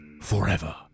forever